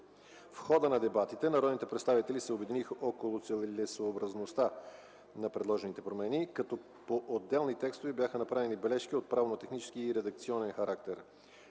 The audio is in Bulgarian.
В хода на дебатите народните представители се обединиха около целесъобразността на предложените промени, като по отделни текстове бяха направени бележки от правно-технически и редакционен характер.